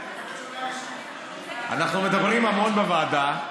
אנחנו מדברים המון בוועדה,